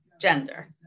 gender